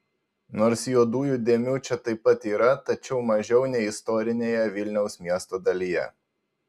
nors juodųjų dėmių čia taip pat yra tačiau mažiau nei istorinėje vilniaus miesto dalyje